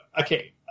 okay